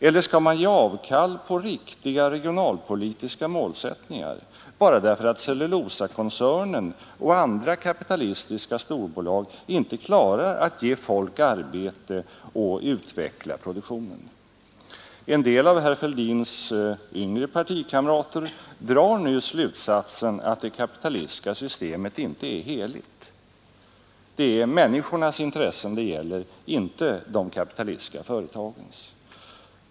Eller skall man göra avkall på riktiga regionalpolitiska målsättningar bara därför att Cellulosakoncernen och andra kapitalistiska storbolag inte klarar att ge folk arbete och utveckla produktionen? En del av herr Fälldins yngre partikamrater drar nu slutsatsen att det kapitalistiska systemet inte är heligt. Det är människornas intressen det gäller, inte de kapitalistiska företagens.